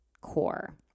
core